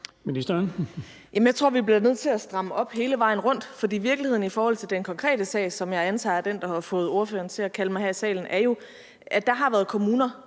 (Astrid Krag): Jeg tror, vi bliver nødt til at stramme op hele vejen rundt, for i forhold til den konkrete sag, som jeg antager er den, der har fået ordføreren til at kalde mig ned her i salen, er virkeligheden jo, at der har været kommuner,